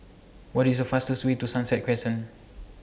What IS The fastest Way to Sunset Crescent